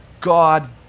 God